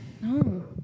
No